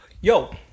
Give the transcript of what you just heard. Yo